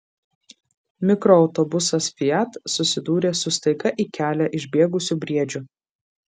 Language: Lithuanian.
mikroautobusas fiat susidūrė su staiga į kelią išbėgusiu briedžiu